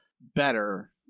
better